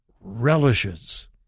relishes